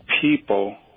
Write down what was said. people